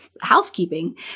housekeeping